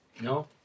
No